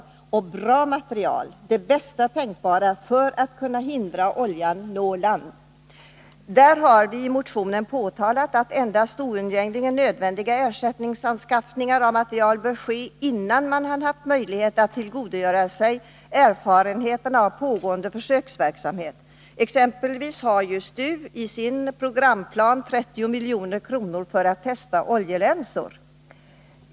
Den behöver också bra materiel, ja, den bästa tänkbara, för att kunna hindra oljan från att nå land. Vi har i motionen framhållit att endast oundgängligen nödvändiga ersättningsanskaffningar av materiel bör ske innan man haft möjlighet att tillgodogöra sig erfarenheterna av pågående försöksverksamhet. Så har exempelvis STU i sin programplan tagit upp 30 milj.kr. för att testa oljelänsor.